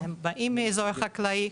שהם באים מאזור חקלאי.